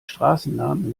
straßennamen